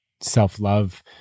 self-love